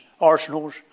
arsenals